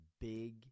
big